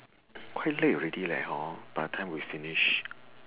quite late already eh hor by the time we finish